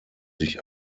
sich